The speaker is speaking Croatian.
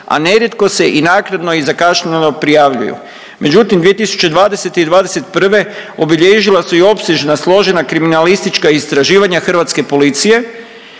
a nerijetko se i naknadno i zakašnjelo prijavljuju. Međutim, 2020. i 2021. obilježila su i opsežna složena kriminalistička istraživanja hrvatske policije